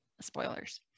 spoilers